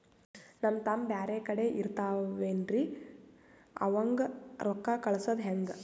ನಮ್ ತಮ್ಮ ಬ್ಯಾರೆ ಕಡೆ ಇರತಾವೇನ್ರಿ ಅವಂಗ ರೋಕ್ಕ ಕಳಸದ ಹೆಂಗ?